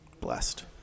Blessed